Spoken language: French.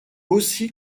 aussi